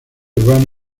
urbano